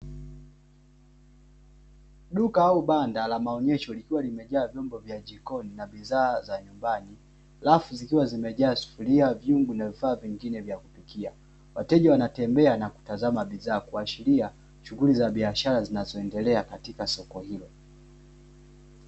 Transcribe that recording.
Duka au banda la maonyesho, likiwa limejaa vyombo vya jikoni na bidhaa za nyumbani, rafu zikiwa zimejaa sufuria, vyungu na vifaa vingine vya kupikia. Wateja wanatembea na kutazama bidhaa, kuashiria shughuli za biashara zinazoendelea katika soko hilo.